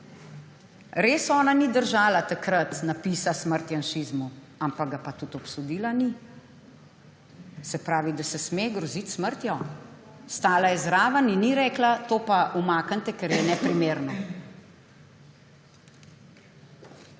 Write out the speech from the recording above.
Res ona ni držala takrat napisa Smrt janšizmu, ampak ga pa tudi obsodila ni. Se pravi, da se sme groziti s smrtjo. Stala je zraven in ni rekla, to pa umaknite, ker je neprimerno.